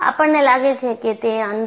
આપણને લાગે છે કે તે અંદર છે